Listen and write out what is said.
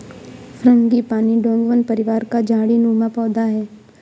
frangipani डोंगवन परिवार का झाड़ी नुमा पौधा है